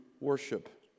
worship